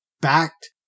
backed